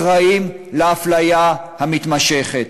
אחראית לאפליה המתמשכת,